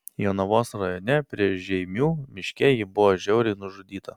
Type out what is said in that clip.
jonavos rajone prie žeimių miške ji buvo žiauriai nužudyta